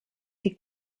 die